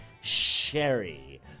Sherry